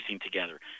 together